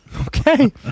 Okay